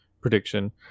prediction